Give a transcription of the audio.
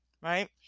right